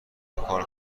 کار